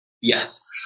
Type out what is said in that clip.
Yes